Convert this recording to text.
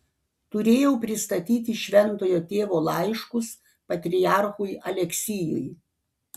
turėjau pristatyti šventojo tėvo laiškus patriarchui aleksijui